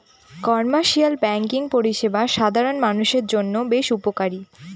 commercial banking পরিষেবা সাধারণ মানুষের জন্য বেশ উপকারী